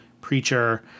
preacher